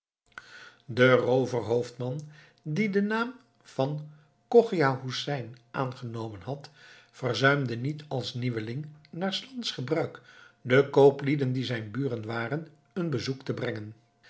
de rooverhoofdman die den naam van chogia hoesein aangenomen had verzuimde niet als nieuweling naar s lands gebruik den kooplieden die zijn buren waren een bezoek te brengen